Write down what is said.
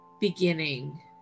beginning